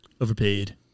Overpaid